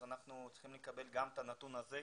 אז אנחנו צריכים לקבל גם את הנתון הזה,